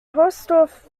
hausdorff